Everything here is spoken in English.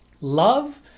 love